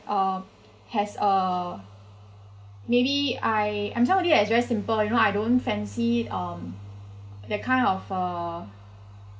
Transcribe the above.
uh has uh maybe I very simple you know I don't fancy um that kind of uh